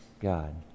God